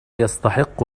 يستحق